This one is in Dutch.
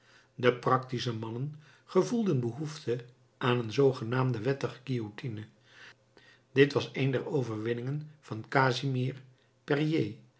de practische mannen gevoelden behoefte aan een zoogenaamde wettige guillotine dit was een der overwinningen van casimir